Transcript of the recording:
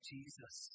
Jesus